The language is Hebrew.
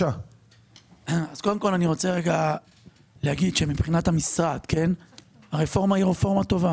אני רוצה להגיד שמבחינת המשרד הרפורמה היא רפורמה טובה